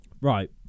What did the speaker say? Right